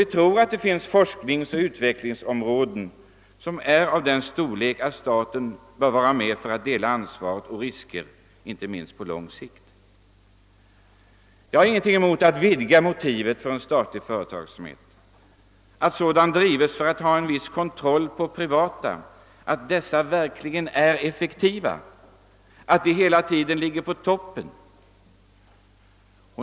Vi tror att det finns forskningsoch <utvecklingsområden som är av den storleken att staten bör vara med för att dela ansvar och risker, inte minst på lång sikt. Vi har ingenting emot att vidga motiven för statlig företagsamhet och att sådan drivs för att kontrollera att de privata företagen verkligen är effektiva och hela tiden ligger på toppen.